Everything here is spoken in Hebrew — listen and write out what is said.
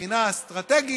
מבחינה אסטרטגית,